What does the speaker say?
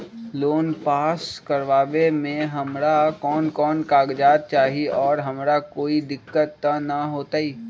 Loan pass करवावे में हमरा कौन कौन कागजात चाही और हमरा कोई दिक्कत त ना होतई?